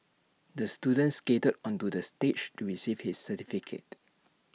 the student skated onto the stage to receive his certificate